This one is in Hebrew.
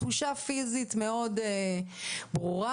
תחושה ברורה מאוד,